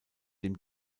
dem